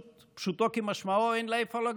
שפשוטו כמשמעו אין לה איפה לגור,